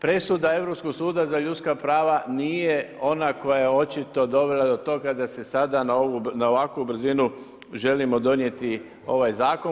Presuda Europskog suda za ljudska prava nije ona koja je očito dovela do toga kada se sada na ovakvu brzinu želimo donijeti ovaj zakon.